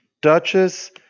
Duchess